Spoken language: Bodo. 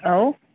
औ